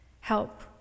help